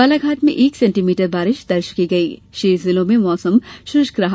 बालाघाट में एक सेण्टीमीटर बारिश दर्ज की गई शेष जिलों में मौसम शुष्क रहा